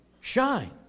shine